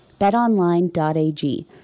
betonline.ag